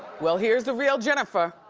well here's the real jennifer.